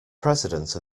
president